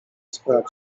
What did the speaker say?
sprać